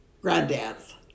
granddad's